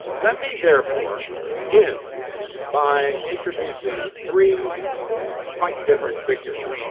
let me therefore begin by introducing three quite different figures.